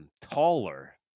Taller